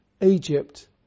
Egypt